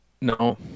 No